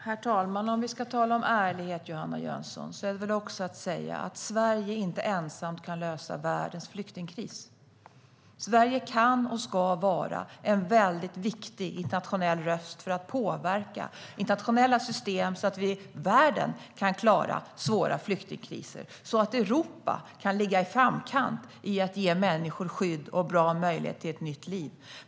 Herr talman! Om vi ska tala om ärlighet, Johanna Jönsson, måste vi också säga att Sverige inte ensamt kan lösa världens flyktingkris. Sverige kan och ska vara en väldigt viktig internationell röst för att påverka internationella system, så att världen kan klara svåra flyktingkriser och så att Europa kan ligga i framkant när det gäller att ge människor skydd och bra möjlighet till ett nytt liv.